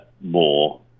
more